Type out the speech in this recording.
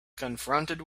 confronted